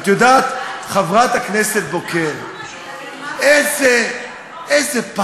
את יודעת, חברת הכנסת בוקר, איזה פתוס.